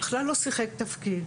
בכלל לא שיחק תפקיד